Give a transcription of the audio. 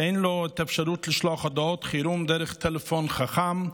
שאין לו את האפשרות לשלוח הודעות חירום דרך טלפון חכם.